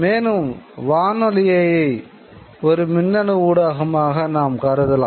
மேலும் வானொலியை ஒரு மின்னணு ஊடகமாக நாம் கருதலாம்